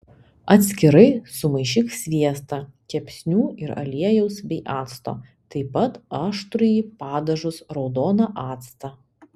atskirai sumaišyk sviestą kepsnių ir aliejaus bei acto taip pat aštrųjį padažus raudoną actą